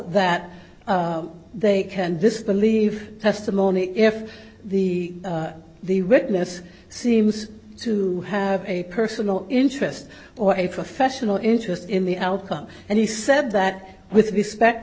that they can disbelieve testimony if the the witness seems to have a personal interest or a professional interest in the outcome and he said that with respect